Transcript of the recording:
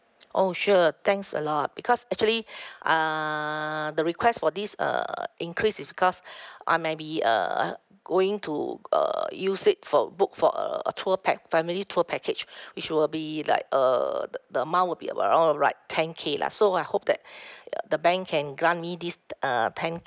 oh sure thanks a lot because actually err the request for this err increase is because I maybe err going to err use it for book for err a tour pack family tour package which will be like uh the the amount will be about around around around like ten K lah so I hope that uh the bank can grant me this t~ uh ten